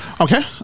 Okay